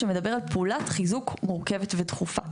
שמדבר על פעולת חיזוק מורכבת ודחופה.